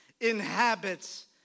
inhabits